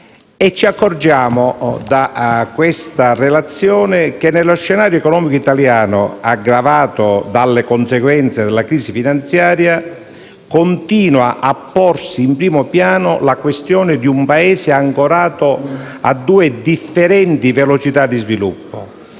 italiani. Da quella relazione si evince che, nello scenario economico italiano, aggravato dalle conseguenze della crisi finanziaria, continua a porsi in primo piano la questione di un Paese ancorato a due differenti velocità di sviluppo,